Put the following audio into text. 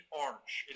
orange